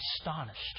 astonished